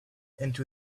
into